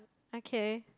okay